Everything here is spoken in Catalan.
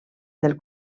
del